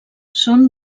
són